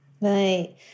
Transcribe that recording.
Right